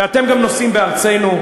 ואתם גם נוסעים בארצנו.